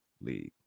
league